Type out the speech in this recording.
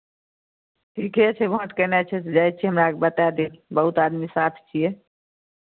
ठीके छै भोट कयनाइ छै तऽ जाइ छियै हमराके बता देब बहुत आदमी साथ छियै